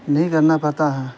نہیں کرنا پڑتا ہیں